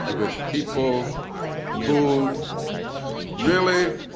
ah with people who really